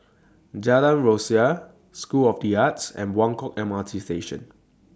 Jalan Rasok School of The Arts and Buangkok M R T Station